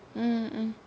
mm mm